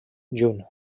juny